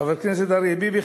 חבר כנסת אריה ביבי,